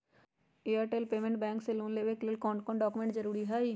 Airtel payments bank से loan लेवे के ले कौन कौन डॉक्यूमेंट जरुरी होइ?